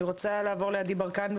אני רוצה לעבור לעדי ברקן,